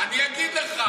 אני אגיד לך.